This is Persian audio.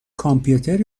کامپیوتر